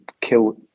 kill